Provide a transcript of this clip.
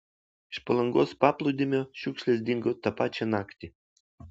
iš palangos paplūdimio šiukšlės dingo tą pačią naktį